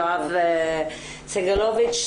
יואב סגלוביץ',